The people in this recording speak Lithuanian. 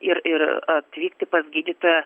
ir ir atvykti pas gydytoją